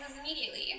immediately